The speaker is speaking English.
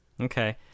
Okay